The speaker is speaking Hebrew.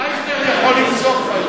אייכלר יכול לפסוק בעניין.